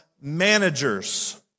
managers